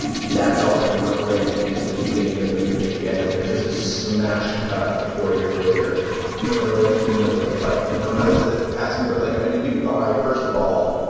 that's all kind of crammed into the beginning of the movie. and then there's just a smash cut to four years later with they're in in the middle of the fight. i mean, i will ask you, but like i mean, did you buy, first of all,